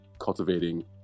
cultivating